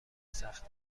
سخته